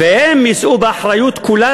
והם יישאו באחריות כולה,